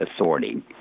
authority